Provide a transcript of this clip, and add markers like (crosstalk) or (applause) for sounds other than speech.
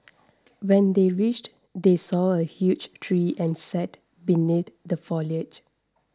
(noise) when they reached they saw a huge tree and sat beneath the foliage